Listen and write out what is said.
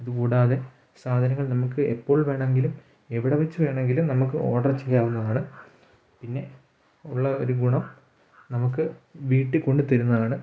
അതു കൂടാതെ സാധനങ്ങൾ നമുക്ക് എപ്പോൾ വേണമെങ്കിലും എവിടെ വെച്ചു വേണമെങ്കിലും നമുക്ക് ഓഡർ ചെയ്യാവുന്നതാണ് പിന്നെ ഉള്ള ഒരു ഗുണം നമുക്ക് വീട്ടിൽ കൊണ്ടു തരുന്നതാണ്